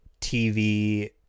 TV